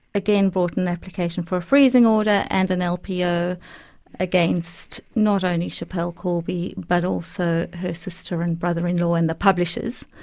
again, brought an application for a freezing order, and an lpo against, not only schapelle corby, but also her sister and brother-in-law, and the publishers.